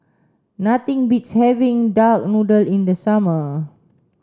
nothing beats having duck noodle in the summer